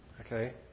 Okay